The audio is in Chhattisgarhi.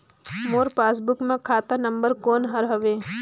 मोर पासबुक मे खाता नम्बर कोन हर हवे?